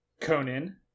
Conan